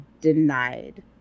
denied